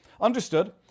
understood